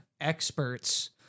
experts